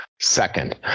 Second